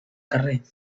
carrer